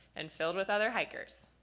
and filled with other hikers.